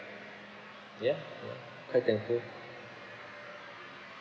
ya ya quite thankful